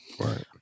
Right